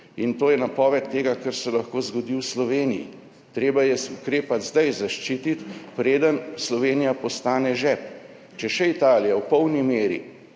In to je napoved tega, kar se lahko zgodi v Sloveniji. Treba je ukrepati zdaj, zaščititi, preden Slovenija postane žep. Če še Italija v polni meri